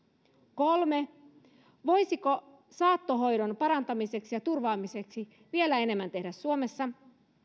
kolme voisiko saattohoidon parantamiseksi ja turvaamiseksi tehdä vielä enemmän suomessa